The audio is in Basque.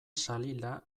salila